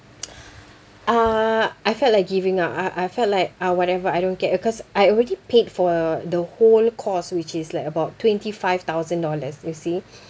uh I felt like giving up I I felt like ah whatever I don't care because I already paid for the whole course which is like about twenty-five thousand dollars you see